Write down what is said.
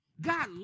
God